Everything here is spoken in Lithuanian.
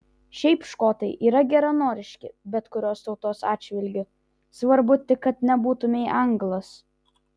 šiaip škotai yra geranoriški bet kurios tautos atžvilgiu svarbu tik kad nebūtumei anglas